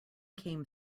came